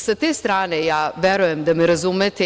Sa tre strane ja verujem da me razumete.